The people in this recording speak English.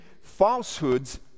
falsehoods